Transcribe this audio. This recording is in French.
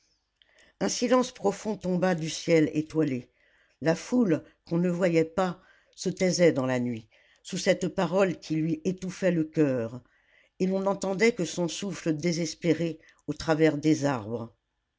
un silence profond tomba du ciel étoilé la foule qu'on ne voyait pas se taisait dans la nuit sous cette parole qui lui étouffait le coeur et l'on n'entendait que son souffle désespéré au travers des arbres